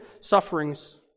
sufferings